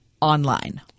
online